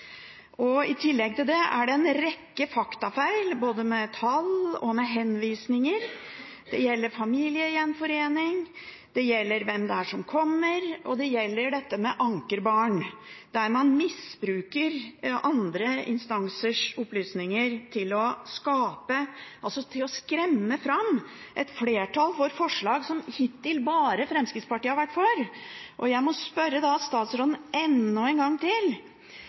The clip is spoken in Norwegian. I tillegg til det er det en rekke faktafeil, både med tall og med henvisninger. Det gjelder familiegjenforening, det gjelder hvem det er som kommer, og det gjelder dette med ankerbarn, der man misbruker andre instansers opplysninger til å skremme fram et flertall for forslag som hittil bare Fremskrittspartiet har vært for. Jeg må da spørre statsråden enda en gang: